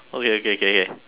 okay K K K